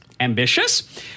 ambitious